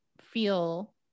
feel